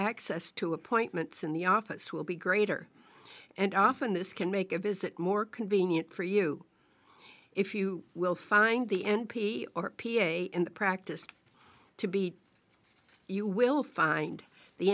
access to appointments in the office will be greater and often this can make a visit more convenient for you if you will find the n p or p a in the practice to be you will find the